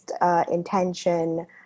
intention